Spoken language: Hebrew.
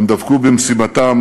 הם דבקו במשימתם